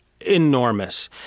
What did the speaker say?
enormous